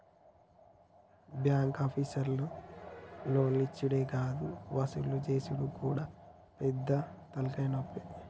బాంకాపీసర్లకు లోన్లిచ్చుడే గాదు వసూలు జేసుడు గూడా పెద్ద తల్కాయనొప్పి